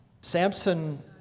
Samson